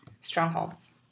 strongholds